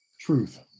truth